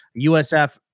USF